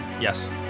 Yes